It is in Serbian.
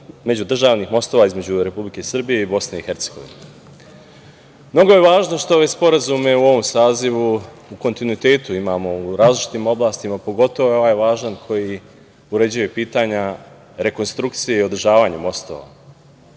međudržanih mostova između Republike Srbije i Bosne i Hercegovine. Mnogo je važno što je ovaj sporazum u ovom sazivu u kontinuitetu u različitim oblastima, pogotovo je ovaj važan što uređuje pitanje rekonstrukcije i održavanja mostova.